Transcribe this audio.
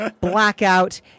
Blackout